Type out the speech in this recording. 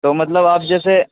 تو مطلب آپ جیسے